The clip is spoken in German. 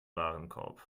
warenkorb